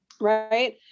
right